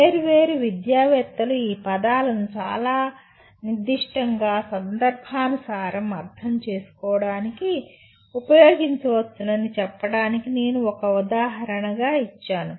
వేర్వేరు విద్యావేత్తలు ఈ పదాలను చాలా నిర్దిష్టంగా సందర్భానుసారం అర్ధం చేసుకోవడానికి ఉపయోగించవచ్చని చెప్పడానికి నేను ఒక ఉదాహరణగా ఇచ్చాను